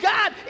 God